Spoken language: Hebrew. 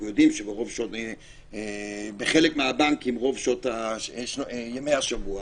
אנחנו יודעים שבחלק מהבנקים רוב ימי השבוע